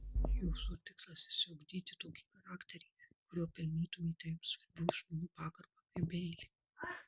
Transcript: jūsų tikslas išsiugdyti tokį charakterį kuriuo pelnytumėte jums svarbių žmonių pagarbą bei meilę